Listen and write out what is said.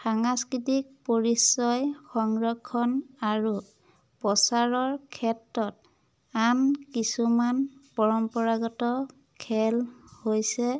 সাংস্কৃতিক পৰিচয় সংৰক্ষণ আৰু প্ৰচাৰৰ ক্ষেত্ৰত আন কিছুমান পৰম্পৰাগত খেল হৈছে